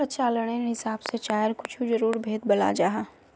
प्रचालानेर हिसाब से चायर कुछु ज़रूरी भेद बत्लाल जाहा